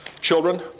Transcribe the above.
children